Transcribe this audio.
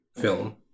film